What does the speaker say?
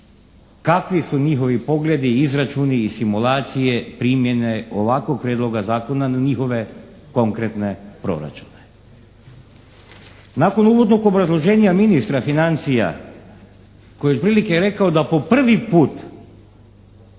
kakvi su njihovi pogledi, izračuni i simulacije primjene ovakvog Prijedloga zakona na njihove konkretne proračune. Nakon uvodnog obrazloženja ministra financija koji je otprilike rekao da po prvi put